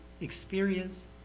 experience